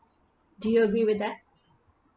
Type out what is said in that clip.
do you agree with that